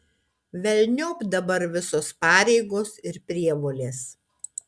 velniop dabar visos pareigos ir prievolės